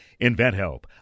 InventHelp